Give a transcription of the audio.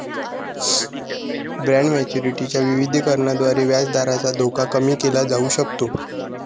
bond maturity च्या विविधीकरणाद्वारे व्याजदराचा धोका कमी केला जाऊ शकतो